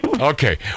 Okay